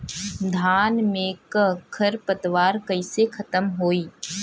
धान में क खर पतवार कईसे खत्म होई?